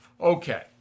Okay